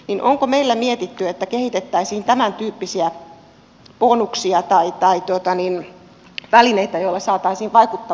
onko meillä mietitty että kehitettäisiin tämäntyyppisiä bonuksia tai välineitä joilla saataisiin vaikuttavuutta toimiin